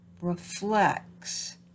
reflects